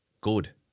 good